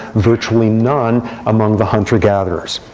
virtually none among the hunter-gatherers.